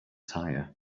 tire